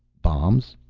bombs?